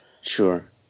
Sure